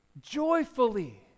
joyfully